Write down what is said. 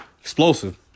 Explosive